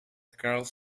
carl